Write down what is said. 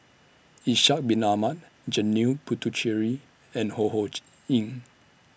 Ishak Bin Ahmad Janil Puthucheary and Ho Ho Ying